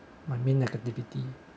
my main negativity